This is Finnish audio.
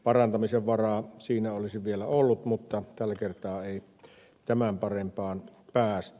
parantamisen varaa siinä olisi vielä ollut mutta tällä kertaa ei tämän parempaan päästy